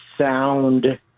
sound